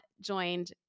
joined